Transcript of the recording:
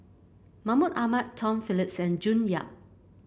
Mahmud Ahmad Tom Phillips and June Yap